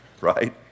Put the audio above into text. Right